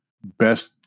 best